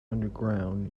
underground